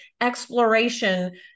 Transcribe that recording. exploration